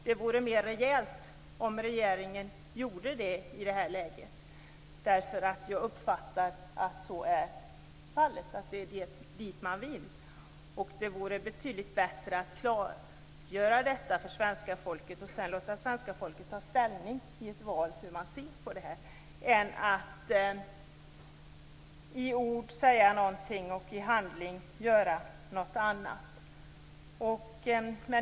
Det vore mer rejält om regeringen gjorde det i detta läge. Jag uppfattar att så är fallet, att det är dit man vill. Det vore betydligt bättre att klargöra det för svenska folket och sedan låta svenska folket i ett val ta ställning till hur man ser på detta än att i ord säga någonting och i handling göra någonting annat.